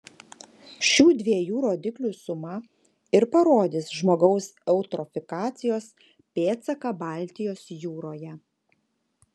šių dviejų rodiklių suma ir parodys žmogaus eutrofikacijos pėdsaką baltijos jūroje